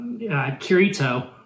kirito